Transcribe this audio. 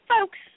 folks